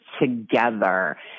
together